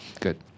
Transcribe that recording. Good